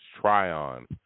try-on